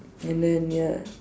and then ya